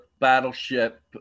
Battleship